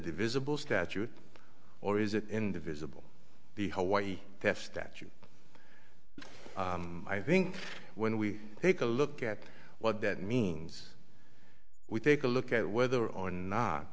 divisible statute or is it in the visible the hawaii test statute i think when we take a look at what that means we take a look at whether or not